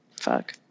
Fuck